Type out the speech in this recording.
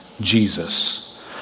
Jesus